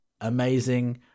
amazing